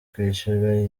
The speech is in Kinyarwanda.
kwishyura